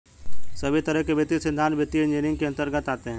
सभी तरह के वित्तीय सिद्धान्त वित्तीय इन्जीनियरिंग के अन्तर्गत आते हैं